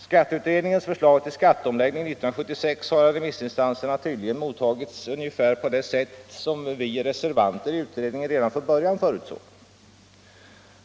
Skatteutredningens förslag till skatteomläggning 1976 har av remissinstanserna tydligen mottagits ungefär på det sätt som vi reservanter i utredningen redan från början förutsåg.